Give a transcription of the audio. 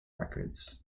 records